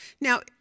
Now